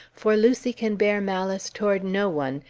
for lucy can bear malice toward no one,